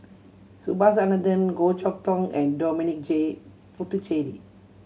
Subhas Anandan Goh Chok Tong and Dominic J Puthucheary